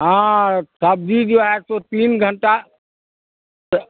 हाँ हाँ सब्ज़ी जो है वो तीन घंटा